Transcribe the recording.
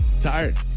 tired